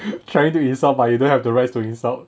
trying to insult but you don't have the rights to insult